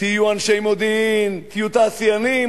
תהיו אנשי מודיעין, תהיו תעשיינים.